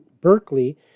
berkeley